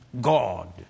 God